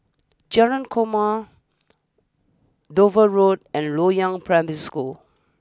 Jalan Korma Dover Road and Loyang Primary School